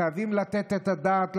חייבים לתת את הדעת,